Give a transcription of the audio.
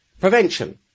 prevention